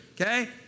okay